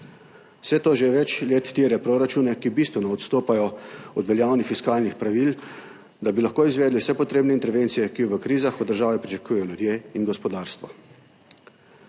Vse to že več let terja proračune, ki bistveno odstopajo od veljavnih fiskalnih pravil, da bi lahko izvedli vse potrebne intervencije, ki jih v krizah od države pričakujejo ljudje in gospodarstvo.